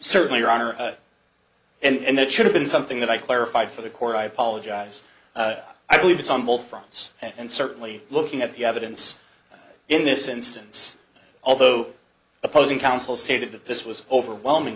certainly are honor and it should have been something that i clarified for the court i apologize i believe it's on will fronts and certainly looking at the evidence in this instance although opposing counsel stated that this was overwhelming